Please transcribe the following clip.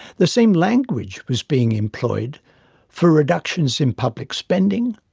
the same language was being employed for reductions in public spending,